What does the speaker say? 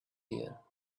here